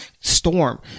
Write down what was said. storm